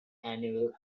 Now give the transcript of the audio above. annual